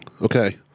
Okay